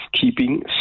keeping